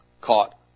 caught